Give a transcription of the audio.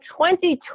2020